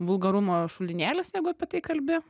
vulgarumo šulinėlis jeigu apie tai kalbi